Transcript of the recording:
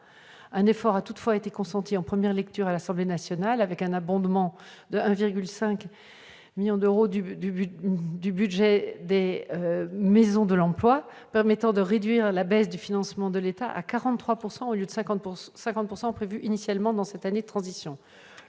Un effort a toutefois été consenti en première lecture par l'Assemblée nationale, avec un abondement de 1,5 million d'euros du budget des maisons de l'emploi permettant de réduire la baisse du financement de l'État à 43 %, au lieu des 50 % prévus initialement lors de cette année de transition.